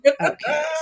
okay